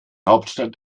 hauptstadt